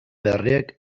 berriek